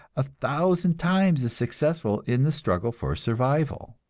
a thousand times as successful in the struggle for survival.